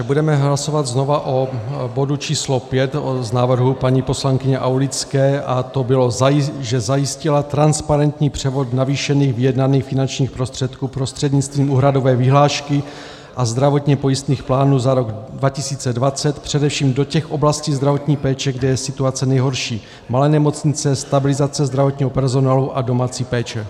Budeme hlasovat znovu o bodu číslo pět z návrhu paní poslankyně Aulické a to bylo: Zajistila transparentní převod navýšených vyjednaných finančních prostředků prostřednictvím úhradové vyhlášky a zdravotně pojistných plánů za rok 2020 především do těch oblastí zdravotní péče, kde je situace nejhorší malé nemocnice, stabilizace zdravotního personálu a domácí péče.